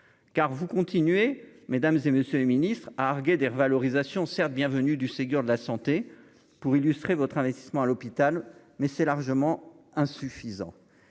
car vous continuez mesdames et messieurs les Ministres, a argué des revalorisations, certes bienvenue du Ségur de la santé pour illustrer votre investissement à l'hôpital mais c'est largement insuffisant